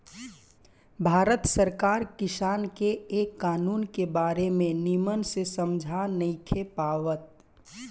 भारत सरकार किसान के ए कानून के बारे मे निमन से समझा नइखे पावत